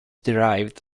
derived